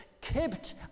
kept